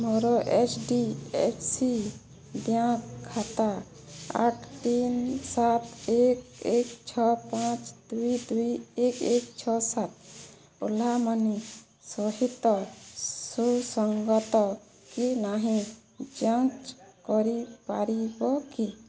ମୋର H D F C bank ଖାତା ଆଠ ତିନ ସାତ ଏକ ଏକ ଛଅ ପାଞ୍ଚ ଦୁଇ ଦୁଇ ଏକ ଏକ ଛଅ ସାତ ଓଲା ମନି ସହିତ ସୁସଙ୍ଗତ କି ନାହିଁ ଯାଞ୍ଚ କରିପାରିବ କି